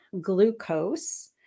glucose